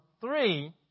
three